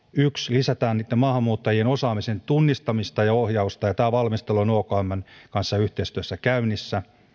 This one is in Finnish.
lisätään maahanmuuttajien osaamisen tunnistamista ja ohjausta ja tämä valmistelu on okmn kanssa yhteistyössä käynnissä